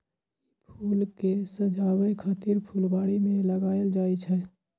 ई फूल कें सजाबै खातिर फुलबाड़ी मे लगाएल जाइ छै